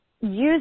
use